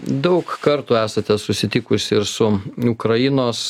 daug kartų esate susitikusi ir su ukrainos